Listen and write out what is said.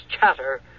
chatter